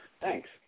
Thanks